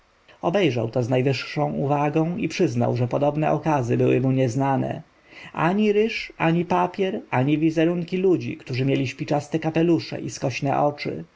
obejrzał to z największą uwagą i przyznał że podobne okazy były mu nieznane ani ryż ani papier ani wizerunki ludzi którzy mieli śpiczaste kapelusze i skośne oczy